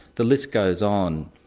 the list goes on.